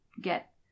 get